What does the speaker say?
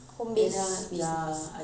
home based business